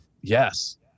Yes